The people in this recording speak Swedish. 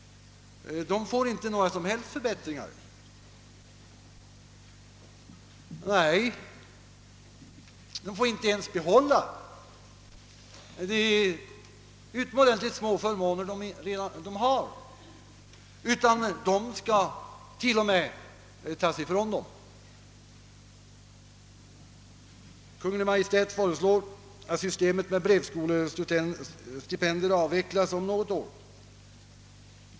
De får inte några som helst förbättringar. De får inte ens behålla de utomordentligt små förmåner de har, utan även de förmånerna skall tas ifrån dem. Kungl. Maj:t föreslår nämligen att systemet med brevskolestipendier avvecklas om något år.